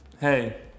Hey